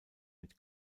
mit